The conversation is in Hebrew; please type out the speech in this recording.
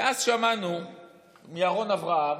ואז שמענו מירון אברהם,